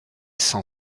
sans